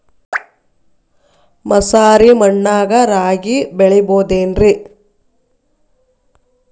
ಮಸಾರಿ ಮಣ್ಣಾಗ ರಾಗಿ ಬೆಳಿಬೊದೇನ್ರೇ?